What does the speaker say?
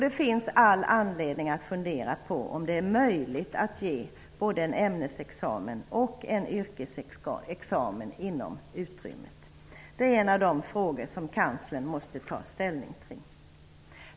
Det finns all anledning att fundera på om det är möjligt att ge både en ämnesexamen och en yrkesexamen inom utrymmet. Det är en av de frågor som Kanslersämbetet måste ta ställning till.